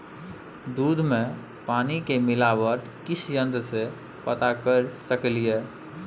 दूध में पानी के मिलावट किस यंत्र से पता कर सकलिए?